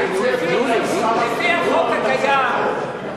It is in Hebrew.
על-פי החוק הקיים,